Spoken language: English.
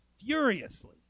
furiously